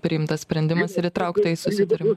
priimtas sprendimas ir įtraukta į susitarimą